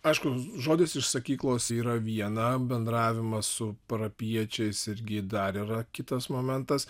aišku žodis iš sakyklos yra viena bendravimas su parapijiečiais irgi dar yra kitas momentas